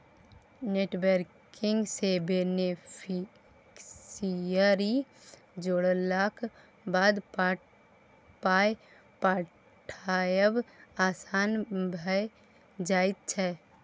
net banking सँ beneficiary जोड़लाक बाद पाय पठायब आसान भऽ जाइत छै